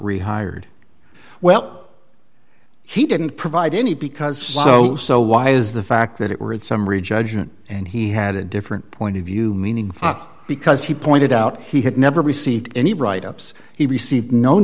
rehired well he didn't provide any because so so why is the fact that it were in summary judgment and he had a different point of view meaning because he pointed out he had never received any write ups he received no